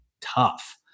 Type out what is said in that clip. tough